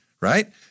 Right